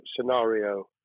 scenario